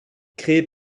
créé